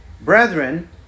Brethren